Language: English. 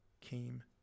came